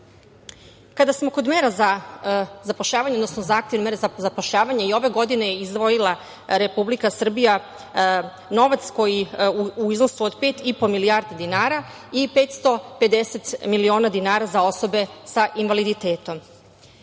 smo kod mera za zapošljavanje, odnosno zahtev i mera za zapošljavanje i ove godine izdvojila Republika Srbija novac u iznosu od 5,5 milijardi dinara i 550 miliona dinara za osobe sa invaliditetom. Ako